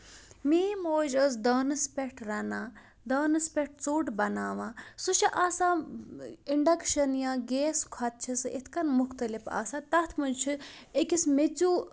میٲنۍ موج ٲسۍ دانَس پٮ۪ٹھ رَنان دانَس پٮ۪ٹھ ژوٚٹ بَناوان سُہ چھُ آسان اِنڈکشن یا گیس کھۄتہٕ چھُ سُہ یِتھ کٔنۍ مُختٔلِف آسان تَتھ منٛز چھُ أکِس میژِیٚو